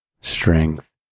strength